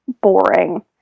boring